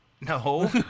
No